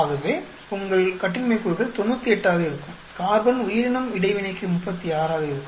ஆகவே உங்கள் கட்டின்மை கூறுகள் 98 ஆக இருக்கும் கார்பன் உயிரினம் இடைவினைக்கு 36 ஆக இருக்கும்